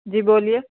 جی بولیے